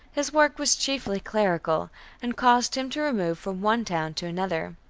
his work was chiefly clerical and caused him to remove from one town to another.